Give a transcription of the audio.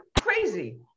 Crazy